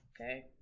Okay